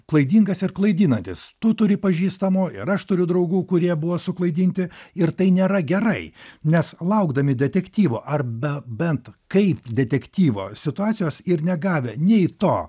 klaidingas ir klaidinantis tu turi pažįstamų ir aš turiu draugų kurie buvo suklaidinti ir tai nėra gerai nes laukdami detektyvo arba bent kaip detektyvo situacijos ir negavę nei to